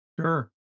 Sure